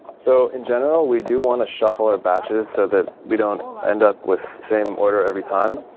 so in general, we do want to shuffle our batches so that we don't end up with the same order every time.